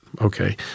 Okay